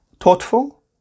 thoughtful